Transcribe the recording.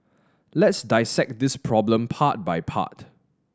let's dissect this problem part by part